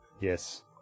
Yes